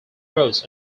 roads